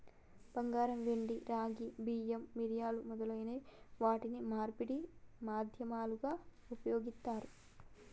బంగారం, వెండి, రాగి, బియ్యం, మిరియాలు మొదలైన వాటిని మార్పిడి మాధ్యమాలుగా ఉపయోగిత్తారు